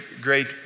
great